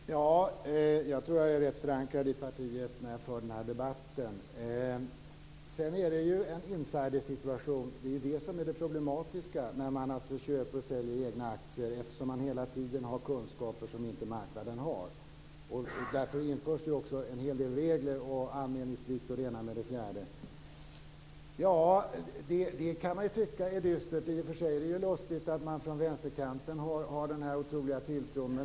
Fru talman! Jag tror att jag är förankrad i partiet i denna debatt. Det problematiska är att det är en insidersituation när man köper och säljer egna aktier och hela tiden har kunskaper som marknaden inte har. Därför införs det en hel del regler, anmälningsplikt och det ena med det fjärde. Man kan tycka att detta är dystert. Det är lustigt att man på vänsterkanten har denna otroliga tilltro.